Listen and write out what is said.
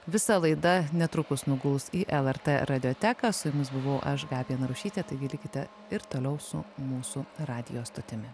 visa laida netrukus nuguls į lrt radioteką su jumis buvau aš gabija narušytė taigi likite ir toliau su mūsų radijo stotimi